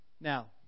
Now